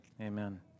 amen